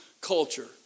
culture